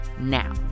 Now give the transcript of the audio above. now